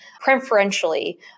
preferentially